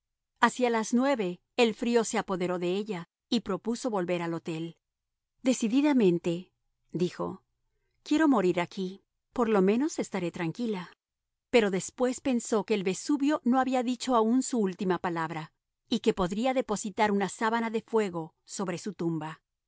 hacia las nueve el frío se apoderó de ella y propuso volver al hotel decididamente dijo quiero morir aquí por lo menos estaré tranquila pero después pensó que el vesubio no había dicho aún su última palabra y que podría depositar una sábana de fuego sobre su tumba